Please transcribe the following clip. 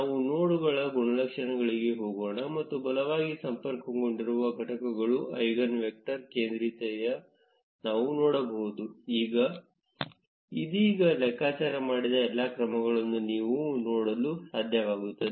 ನಾವು ನೋಡ್ಗಳ ಗುಣಲಕ್ಷಣಗಳಿಗೆ ಹೋಗೋಣ ಮತ್ತು ಬಲವಾಗಿ ಸಂಪರ್ಕಗೊಂಡಿರುವ ಘಟಕಗಳು ಐಗನ್ ವೆಕ್ಟರ್ ಕೇಂದ್ರೀಯತೆ ನಾವು ನೋಡಬಹುದು ನಾವು ಇದೀಗ ಲೆಕ್ಕಾಚಾರ ಮಾಡಿದ ಎಲ್ಲಾ ಕ್ರಮಗಳನ್ನು ನೀವು ನೋಡಲು ಸಾಧ್ಯವಾಗುತ್ತದೆ